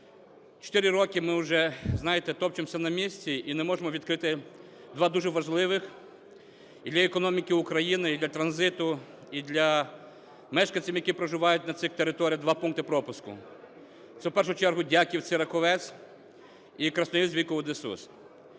Чотири роки ми уже, знаєте, топчемося на місці і не можемо відкрити два дуже важливих і для економіки України, і для транзиту, і для мешканців, які проживають на цих територіях, два пункти пропуску. Це, в першу чергу, "Дяківці-Раковець" і "Красноїльськ-Вікову де